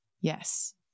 Yes